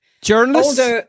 Journalists